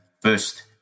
first